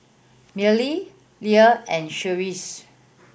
Milly Leanne and Cherise